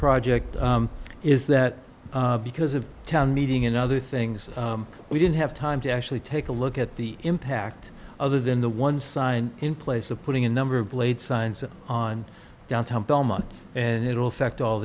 project is that because of town meeting and other things we didn't have time to actually take a look at the impact other than the one sign in place of putting a number of blade signs on downtown belmont and it will affect all